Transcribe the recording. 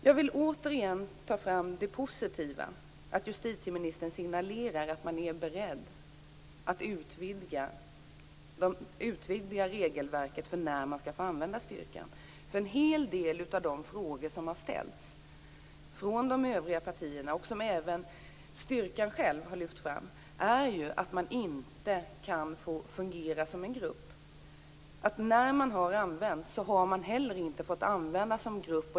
Jag vill återigen ta fram det positiva i att justitieministern signalerar att man är beredd att utvidga reglerna för när man skall få använda styrkan. En hel del av de frågor som har ställts från de övriga partierna och som även har lyfts fram av styrkan själv går ut på att den inte får fungera som en grupp. När den har tagits i anspråk har den inte fått agera som grupp.